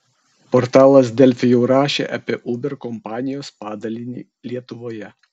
portalas delfi jau rašė apie uber kompanijos padalinį lietuvoje